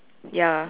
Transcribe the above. ya